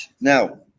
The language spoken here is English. now